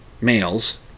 males